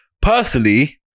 personally